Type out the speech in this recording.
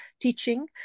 teaching